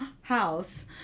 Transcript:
house